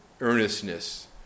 earnestness